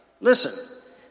Listen